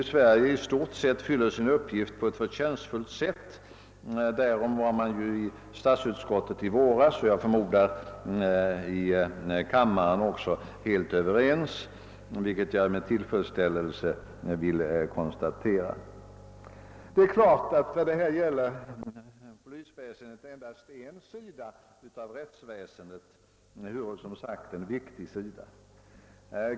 Att polisen i Sverige fyller sin uppgift på ett förtjänstfullt sätt, därom var man ju i statsutskottet i våras och jag förmodar också i kammaren helt ense, vilket jag med tillfredsställelse konstaterar. Det är klart att polisväsendet endast utgör en sida av rättsväsendet, ehuru som sagt en viktig sida.